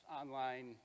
online